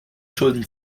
schulden